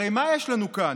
הרי מה יש לנו כאן?